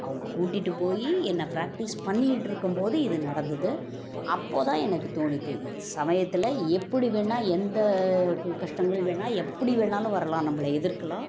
அவங்க கூட்டிகிட்டு போய் என்ன ப்ராக்டிஸ் பண்ணிக்கிட்டு இருக்கும்போது இது நடந்துது அப்போ தான் எனக்கு தோணிகிட்டு இது சமயத்தில் எப்படி வேணா எந்த கஷ்டங்கள் வேணா எப்படி வேணாலும் வரலாம் நம்பளை எதிர்க்கலாம்